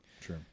true